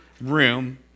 room